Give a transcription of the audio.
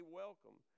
welcome